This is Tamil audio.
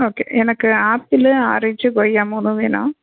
ஓகே எனக்கு ஆப்பிளு ஆரஞ்சு கொய்யா மூணும் வேணும்